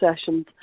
sessions